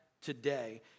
today